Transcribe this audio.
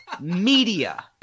media